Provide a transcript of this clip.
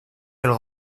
pel